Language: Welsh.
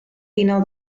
unol